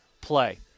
play